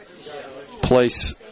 place